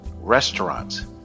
restaurants